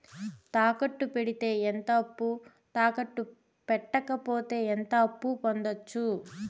తాకట్టు పెడితే ఎంత అప్పు, తాకట్టు పెట్టకపోతే ఎంత అప్పు పొందొచ్చు?